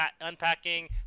unpacking